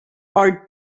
are